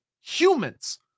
humans